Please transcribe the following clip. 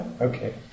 okay